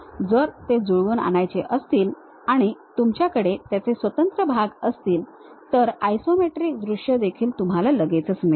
जर ते जुळवून आणायचे असतील आणि तुमच्याकडे त्याचे स्वतंत्र भाग असतील तर आयसोमेट्रिक दृश्य देखील तुम्हाला लगेच मिळेल